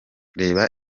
reba